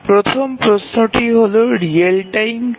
প্রথম প্রশ্নটি হল রিয়েল টাইম কি